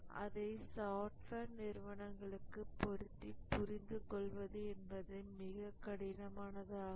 அதை சாஃப்ட்வேர் நிறுவனங்களுக்கு பொருத்தி புரிந்து கொள்வது என்பது மிக கடினமானதாகும்